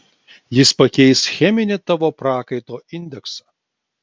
jis pakeis cheminį tavo prakaito indeksą